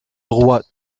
roi